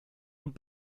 und